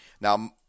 Now